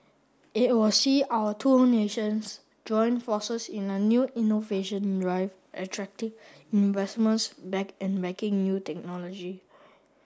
it will see our two nations join forces in a new innovation drive attracting investments back and backing new technology